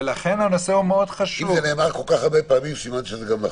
ואם זה נאמר כל כך הרבה פעמים סימן שזה גם נכון.